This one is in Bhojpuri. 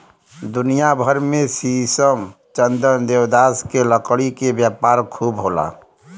दुनिया भर में शीशम, चंदन, देवदार के लकड़ी के व्यापार खूब होला